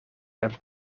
and